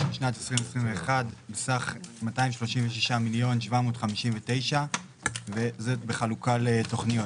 בשנת 2021 בסך 236.759 מיליון וזאת בחלוקה לתוכניות.